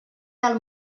del